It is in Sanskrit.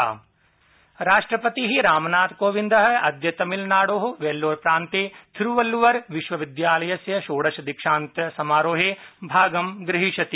राष्ट्रपति राष्ट्रपतिः रामनाथ कोविन्दः अद्य तमिलनाडोः वेल्लोर प्रान्ते थिरूवल्लूर विश्वविद्यालयस्य षोडश दीक्षान्त समारोहे भागं ग्रहीष्यति